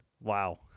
Wow